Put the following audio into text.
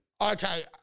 Okay